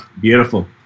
Beautiful